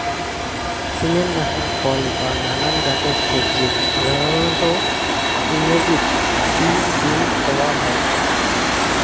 সিমের নাকান ফল বা নানান জাতের সবজিক সাধারণত ইংরাজিত ফিল্ড বীন কওয়া হয়